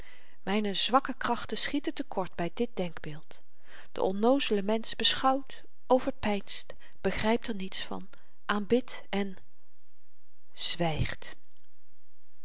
myne zwakke krachten schieten te kort by dit denkbeeld de onnoozele mensch beschouwt overpeinst begrypt er niets van aanbidt en zwygt